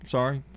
Sorry